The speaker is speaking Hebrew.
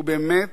הוא באמת